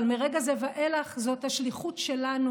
אבל מרגע זה ואילך זאת השליחות שלנו